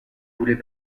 voulais